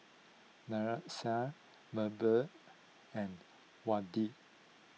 Nyasia Mable and Wade